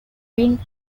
wind